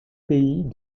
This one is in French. pays